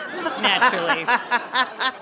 Naturally